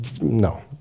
No